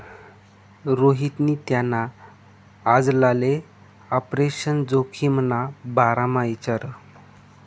रोहितनी त्याना आजलाले आपरेशन जोखिमना बारामा इचारं